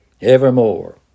evermore